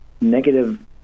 negative